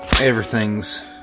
everything's